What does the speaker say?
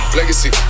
Legacy